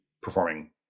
Performing